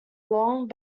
long